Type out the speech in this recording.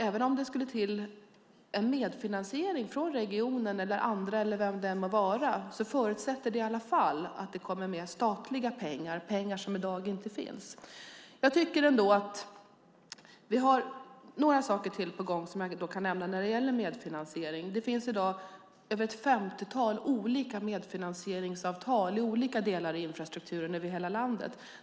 Även om det skulle till en medfinansiering från regionen eller vem det än må vara så förutsätter det i alla fall att det kommer med statliga pengar - pengar som i dag inte finns. Vi har några saker till på gång som jag kan nämna när det gäller medfinansiering. Det finns i dag över 50 olika medfinansieringsavtal för olika delar av infrastrukturen över hela landet.